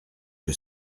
que